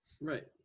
Right